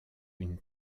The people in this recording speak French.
une